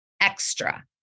extra